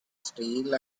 steel